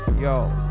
Yo